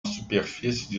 superfície